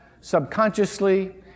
subconsciously